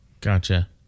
Gotcha